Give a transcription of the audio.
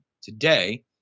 today